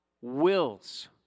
wills